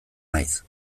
naiz